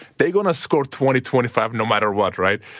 they going to score twenty twenty five no matter what, right.